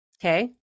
okay